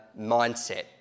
mindset